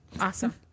Awesome